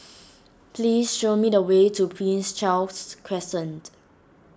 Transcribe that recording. please show me the way to Prince Charles Crescent